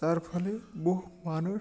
তার ফলে বহু মানুষ